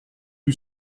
who